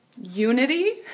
Unity